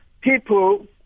people